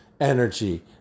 energy